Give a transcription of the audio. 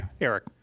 Eric